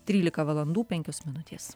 trylika valandų penkios minutės